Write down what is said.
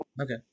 okay